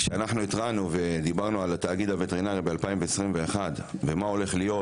כשאנחנו התרענו ודיברנו על התאגיד הווטרינרי ב-2021 ומה הולך להיות,